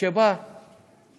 שבאה